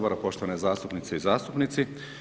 Poštovane zastupnice i zastupnici.